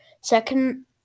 second